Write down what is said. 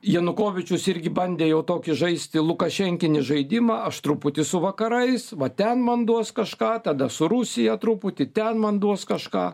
janukovyčius irgi bandė jau tokį žaisti luką lukašenkinį žaidimą aš truputį su vakarais va ten man duos kažką tada su rusija truputį ten man duos kažką